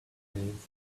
ants